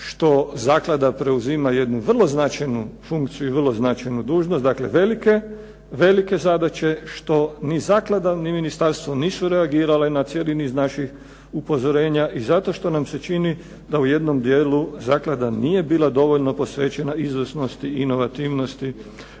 što zaklada preuzima jednu vrlo značajnu funkciju i vrlo značajnu dužnost, dakle velike zadaće što ni zaklada ni ministarstvo nisu reagirale na cijeli niz naših upozorenja i zato što nam se čini da u jednom dijelu zaklada nije bila dovoljno posvećena izvjesnosti inovativnosti